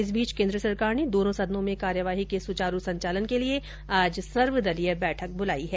इस बीच केन्द्र सरकार ने दोनों सदनों में कार्यवाही के सुचारू संचालन के लिए आज सर्वदलीय बैठक बुलाई है